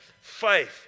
faith